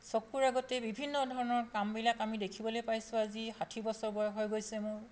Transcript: চকুৰ আগতেই বিভিন্ন ধৰণৰ কামবিলাক আমি দেখিবলৈ পাইছোঁ আজি ষাঠি বছৰ বয়স হৈ গৈছে মোৰ